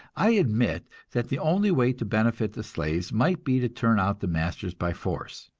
i admit that the only way to benefit the slaves might be to turn out the masters by force.